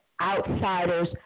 outsiders